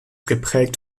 geprägt